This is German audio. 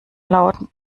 lauten